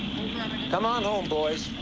come on home, boys.